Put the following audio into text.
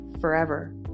forever